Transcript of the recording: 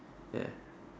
ya